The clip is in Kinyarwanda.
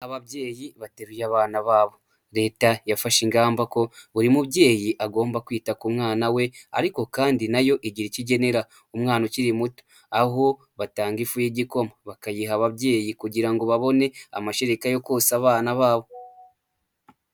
Ababyeyi bateruye abana babo, leta yafashe ingamba ko buri mubyeyi agomba kwita ku mwana we ariko kandi nayo igira icyo igenera umwana ukiri muto, aho batanga ifu y'igikoma bakayiha ababyeyi kugira ngo babone amashereka yo konsa abana babo.